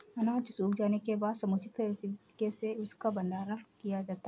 अनाज सूख जाने के बाद समुचित तरीके से उसका भंडारण किया जाता है